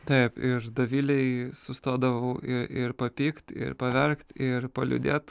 taip ir dovilei sustodavau ir ir papykt ir paverkt ir paliūdėt